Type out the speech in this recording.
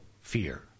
fear